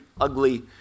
ugly